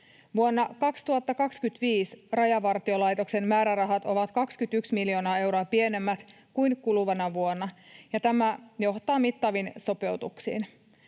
Vuonna 2025 Rajavartiolaitoksen määrärahat ovat 21 miljoonaa euroa pienemmät kuin kuluvana vuonna, ja tämä johtaa mittaviin sopeutuksiin.